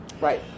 Right